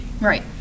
right